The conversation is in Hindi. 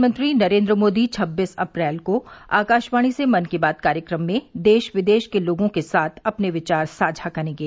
प्रधानमंत्री नरेन्द्र मोदी छब्बीस अप्रैल को आकाशवाणी से मन की बात कार्यक्रम में देश विदेश के लोगों के साथ अपने विचार साझा करेंगे